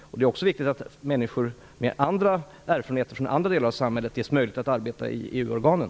Det är viktigt att också människor med erfarenheter från andra delar av samhället ges möjlighet att arbeta i EU-organen.